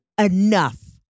enough